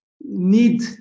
need